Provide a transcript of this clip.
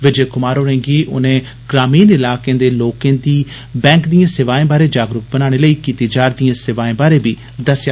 विजय कुमार होरें गी उनें ग्रामीण इलाकें दे लोकें गी बैंक दिए सेवाएं बारै जागरूक बनाने लेई कीती जा र दिए कारवाइएं बारै बी दस्सेआ